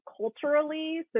culturally